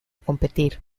competir